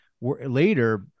Later